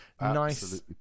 nice